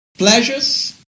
Pleasures